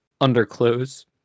underclothes